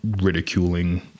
ridiculing